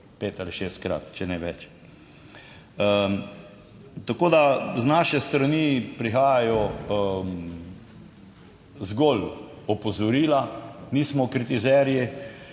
pet- ali šestkrat, če ne več. Tako, da z naše strani prihajajo zgolj opozorila, nismo kritizerji